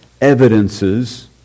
evidences